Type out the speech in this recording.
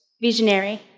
visionary